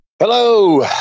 Hello